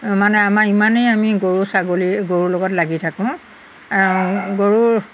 মানে আমাৰ ইমানেই আমি গৰু ছাগলী গৰুৰ লগত লাগি থাকোঁ গৰুৰৰ